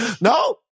No